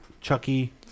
Chucky